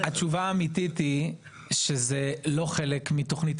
התשובה האמיתית היא שזה לא חלק מתכנית